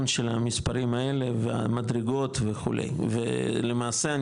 של המספרים האלה ומהדרגות וכו' ולמעשה,